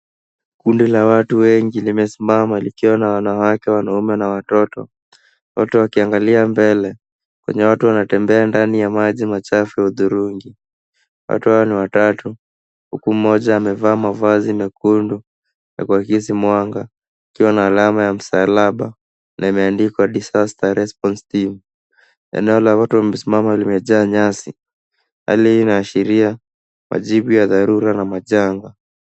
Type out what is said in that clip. Kundi la watu wengi limesimama likiwa na wanawake na watoto wote wakiangalia mbele kwenye watu wanatembea ndani ya maji machafu hudhurungi. Watu hao ni watatu huku mmoja amevaa mavazi mekundu ya kuakisi mwanga ikiwa na alama ya msalaba na imeandikwa disaster response team . Eneo la watu wamesimama limejaa nyasi. Hali hii inaashiria majibu ya dharura na majanga.